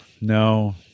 no